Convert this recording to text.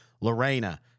Lorena